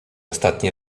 ostatni